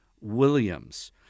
Williams